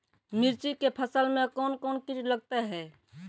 मिर्ची के फसल मे कौन कौन कीट लगते हैं?